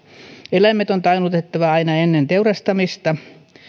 eläimet on tainnutettava aina ennen teurastamista